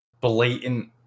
blatant